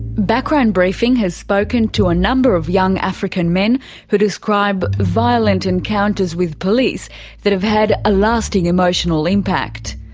background briefing has spoken to a number of young african men who describe violent encounters with police that have had a lasting emotional impact.